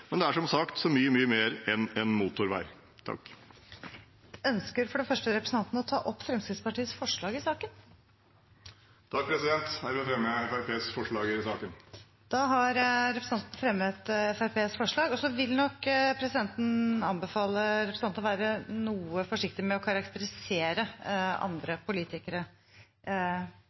men det er som sagt så mye, mye mer enn en motorvei. Jeg fremmer til slutt Fremskrittspartiets forslag i saken. Representanten Tor-André Johnsen har da tatt opp de forslagene han refererte til. Presidenten vil nok anbefale representanten å være noe forsiktig med å karakterisere andre politikere